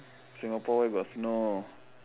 Singapore where got snow